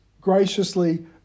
graciously